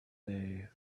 day